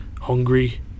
hungry